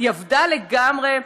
היא אבדה לגמרי?